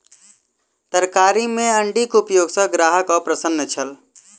तरकारी में अण्डीक उपयोग सॅ ग्राहक अप्रसन्न छल